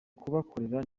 kubakorera